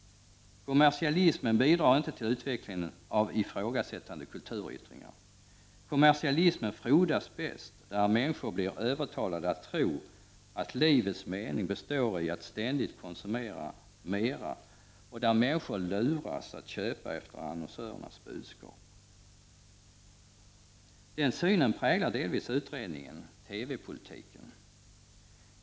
Kommersialismen bidrar inte till utvecklingen av ifrågasättande kulturyttringar. Kommersialismen frodas bäst där människor blir övertalade att tro att li vets mening består i att ständigt konsumera mera och där människor luras att köpa efter annonsörernas budskap. Den synen präglar delvis utredningen TV-politiken.